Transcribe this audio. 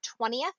20th